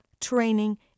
training